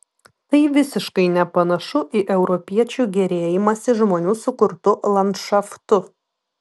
tai visiškai nepanašu į europiečių gėrėjimąsi žmonių sukurtu landšaftu